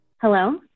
Hello